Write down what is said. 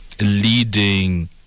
leading